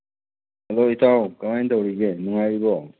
hello ꯏꯇꯥꯎ ꯀꯃꯥꯏꯅ ꯇꯧꯔꯤꯒꯦ ꯅꯨꯡꯉꯥꯏꯔꯤꯕꯣ